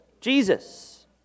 Jesus